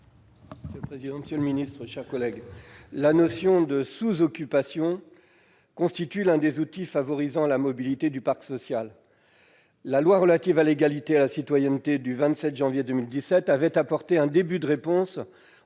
ainsi libellé : La parole est à M. Joël Labbé. La notion de sous-occupation constitue l'un des outils favorisant la mobilité du parc social. La loi relative à l'égalité et à la citoyenneté du 27 janvier 2017 avait apporté un début de réponse,